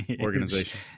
organization